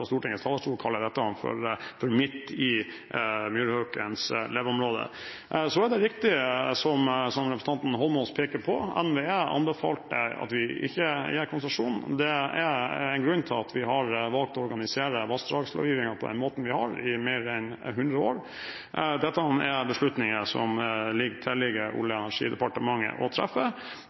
i myrhaukens leveområde». Så er det riktig som representanten Eidsvoll Holmås pekte på, NVE anbefalte at vi ikke gir konsesjon. Det er en grunn til at vi har valgt å organisere vassdragslovgivningen på den måten vi har, i mer enn 100 år. Dette er beslutninger som det tilligger Olje- og energidepartementet å treffe,